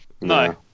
No